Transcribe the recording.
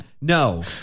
No